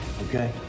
Okay